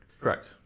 Correct